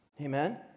Amen